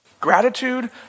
Gratitude